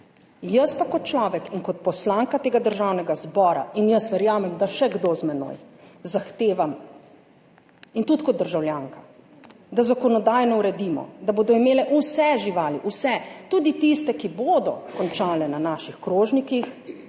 jaz pa kot človek in kot poslanka tega Državnega zbora in jaz verjamem, da še kdo z menoj, zahtevam in tudi kot državljanka, da zakonodajno uredimo, da bodo imele vse živali, vse, tudi tiste, ki bodo končale na naših krožnikih,